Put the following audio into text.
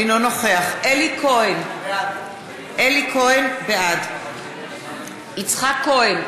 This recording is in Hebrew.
אינו נוכח אלי כהן, בעד יצחק כהן,